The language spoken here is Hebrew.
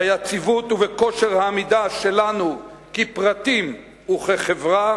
ביציבות ובכושר העמידה שלנו כפרטים וכחברה,